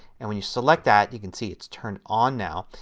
and when you select that, you can see it is turned on now,